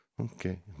okay